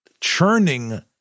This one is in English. churning